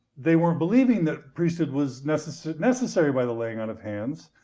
they weren't believing that priesthood was necessary necessary by the laying on of hands,